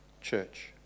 church